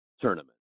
tournament